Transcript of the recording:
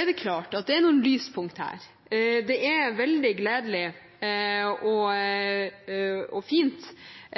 er klart at det er noen lyspunkter her. Det er veldig gledelig og fint